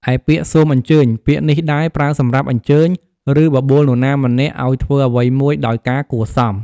ឯពាក្យ សូមអញ្ជើញ ពាក្យនេះដែរ ប្រើសម្រាប់អញ្ជើញ ឬបបួលនរណាម្នាក់ឲ្យធ្វើអ្វីមួយដោយការគួរសម។